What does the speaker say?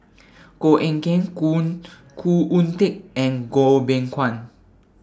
Koh Eng Kian Khoo Oon Teik and Goh Beng Kwan